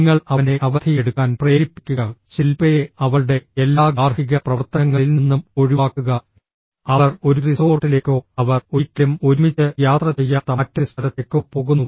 നിങ്ങൾ അവനെ അവധി എടുക്കാൻ പ്രേരിപ്പിക്കുക ശിൽപയെ അവളുടെ എല്ലാ ഗാർഹിക പ്രവർത്തനങ്ങളിൽ നിന്നും ഒഴിവാക്കുക അവർ ഒരു റിസോർട്ടിലേക്കോ അവർ ഒരിക്കലും ഒരുമിച്ച് യാത്ര ചെയ്യാത്ത മറ്റൊരു സ്ഥലത്തേക്കോ പോകുന്നു